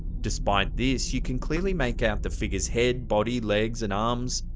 despite this, you can clearly make out the figure's head, body, legs and arms,